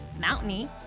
mountainy